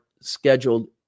scheduled